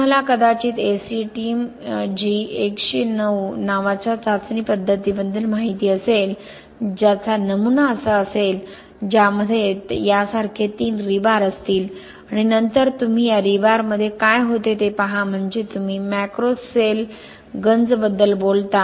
तुम्हाला कदाचित ASTM G 109 नावाच्या चाचणी पद्धतीबद्दल माहिती असेल ज्याचा नमुना असा असेल ज्यामध्ये यासारखे 3 रीबार असतील आणि नंतर तुम्ही या रीबार मध्ये काय होते ते पहा म्हणजे तुम्ही मॅक्रो सेल गंज बद्दल बोलता